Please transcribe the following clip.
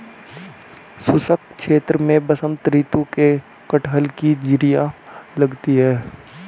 शुष्क क्षेत्र में बसंत ऋतु में कटहल की जिरीयां लगती है